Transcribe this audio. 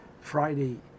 Friday